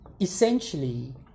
essentially